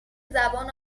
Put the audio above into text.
زبان